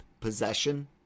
possession